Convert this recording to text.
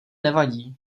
nevadí